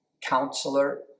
Counselor